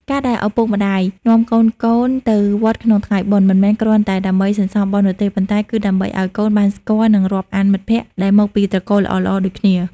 ការដែលឪពុកម្ដាយនាំកូនៗទៅវត្តក្នុងថ្ងៃបុណ្យ មិនមែនគ្រាន់តែដើម្បីសន្សំបុណ្យនោះទេ ប៉ុន្តែគឺដើម្បីឱ្យកូនបានស្គាល់ និងរាប់អានមិត្តភក្តិដែលមកពីត្រកូលល្អៗដូចគ្នា។